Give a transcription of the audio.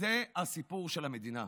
זה הסיפור של המדינה.